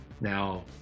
now